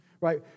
right